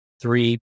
three